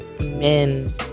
men